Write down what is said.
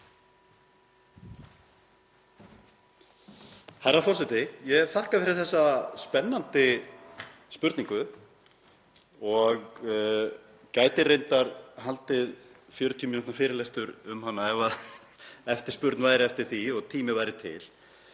Herra forseti. Ég þakka fyrir þessa spennandi spurningu og gæti reyndar haldið 40 mínútna fyrirlestur um hana ef eftirspurn væri eftir því og tími væri til.